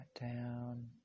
down